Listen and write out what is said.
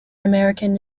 american